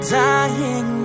dying